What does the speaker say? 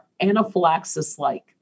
anaphylaxis-like